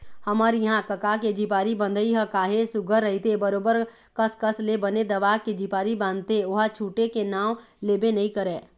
हमर इहाँ कका के झिपारी बंधई ह काहेच सुग्घर रहिथे बरोबर कस कस ले बने दबा के झिपारी बांधथे ओहा छूटे के नांव लेबे नइ करय